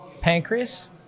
Pancreas